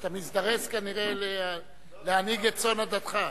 אמרתי שאתה מזדרז כנראה להנהיג את צאן עדתך.